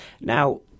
now